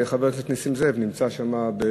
וחבר הכנסת נסים זאב נמצא שם,